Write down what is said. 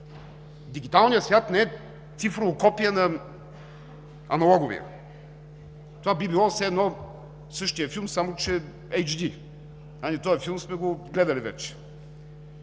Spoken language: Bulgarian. Дигиталният свят не е цифрово копие на аналоговия. Това е все едно същият филми, само че HD. Ами този филм сме го гледали вече.